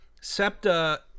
SEPTA